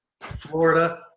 Florida